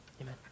amen